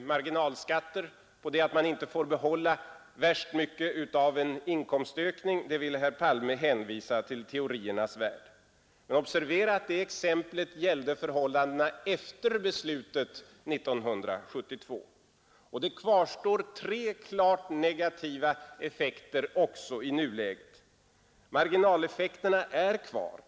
marginalskatter, på att man inte får behålla värst mycket av en inkomstökning, ville herr Palme hänvisa till teoriernas värld. Men observera att det exemplet gällde förhållandena efter beslutet 1972. Och det kvarstår tre klart negativa effekter också i nuläget. Marginaleffekterna är kvar.